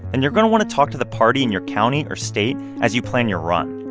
and you're going to want to talk to the party in your county or state as you plan your run.